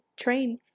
train